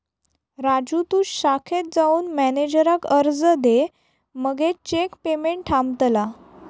राजू तु शाखेत जाऊन मॅनेजराक अर्ज दे मगे चेक पेमेंट थांबतला